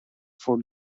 for